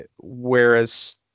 Whereas